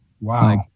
Wow